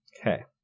okay